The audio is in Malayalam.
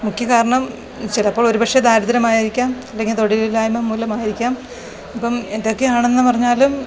മുഖ്യ കാരണം ചിലപ്പോൾ ഒരുപക്ഷേ ദാരിദ്ര്യം ആയിരിക്കാം അല്ലെങ്കിൽ തൊഴിലില്ലായ്മ മൂലം ആയിരിക്കാം ഇപ്പം എന്തൊക്കെയാണെന്ന് പറഞ്ഞാലും